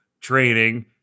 training